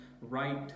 right